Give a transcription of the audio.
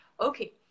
okay